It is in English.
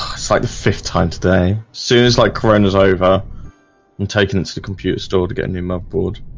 so like the fifth time today sooners like coronas over and taking it to the computer store to get a new motherboard